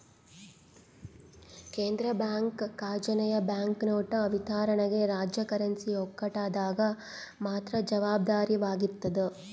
ಕೇಂದ್ರ ಬ್ಯಾಂಕ್ ಖಜಾನೆಯು ಬ್ಯಾಂಕ್ನೋಟು ವಿತರಣೆಗೆ ರಾಜ್ಯ ಕರೆನ್ಸಿ ಒಕ್ಕೂಟದಾಗ ಮಾತ್ರ ಜವಾಬ್ದಾರವಾಗಿರ್ತದ